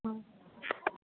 ହଁ